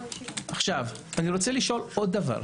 אני רוצה לשאול עוד שאלה: